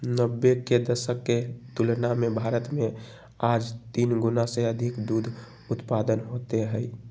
नब्बे के दशक के तुलना में भारत में आज तीन गुणा से अधिक दूध उत्पादन होते हई